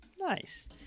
Nice